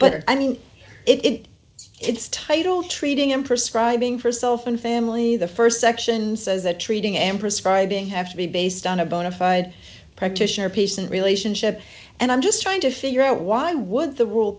but i mean it it's titled treating him prescribe being for self and family the st section says that treating and prescribing have to be based on a bonafide practitioner patient relationship and i'm just trying to figure out why would the rule